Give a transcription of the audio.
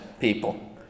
people